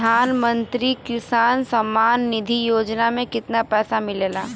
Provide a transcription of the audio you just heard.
प्रधान मंत्री किसान सम्मान निधि योजना में कितना पैसा मिलेला?